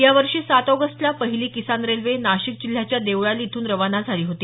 या वर्षी सात ऑगस्टला पहिली किसान रेल्वे नाशिक जिल्ह्याच्या देवळाली इथून रवाना झाली होती